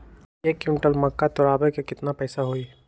एक क्विंटल मक्का तुरावे के केतना पैसा होई?